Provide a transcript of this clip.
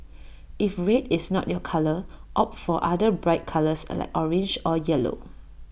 if red is not your colour opt for other bright colours like orange or yellow